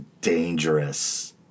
dangerous